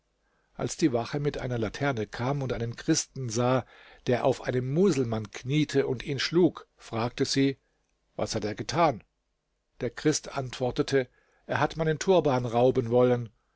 als die wache mit einer laterne kam und einen christen sah der auf einem muselmann kniete und ihn schlug fragte sie was hat er getan der christ antwortete er hat meinen turban rauben wollen